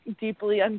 deeply